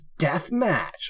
Deathmatch